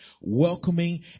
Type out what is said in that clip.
welcoming